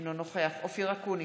אינו נוכח אופיר אקוניס,